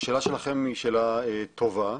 השאלה שלכם היא שאלה טובה.